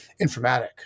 informatic